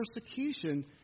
persecution